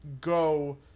go